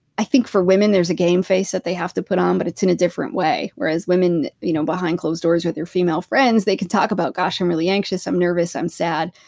i think for women, there's a game face that they have to put on, but it's in a different way. whereas women, you know behind closed doors with their female friends, they can talk about, gosh, i'm really anxious, i'm nervous, i'm sad.